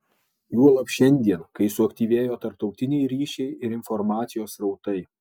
juolab šiandien kai suaktyvėjo tarptautiniai ryšiai ir informacijos srautai